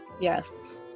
Yes